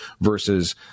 versus